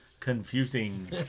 confusing